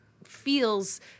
feels